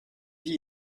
vit